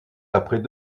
après